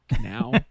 now